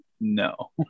no